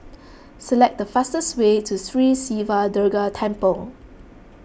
select the fastest way to Sri Siva Durga Temple